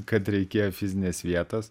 kad reikėjo fizinės vietos